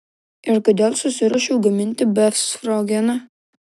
ir kodėl susiruošiau gaminti befstrogeną